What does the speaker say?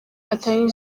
atari